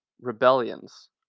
rebellions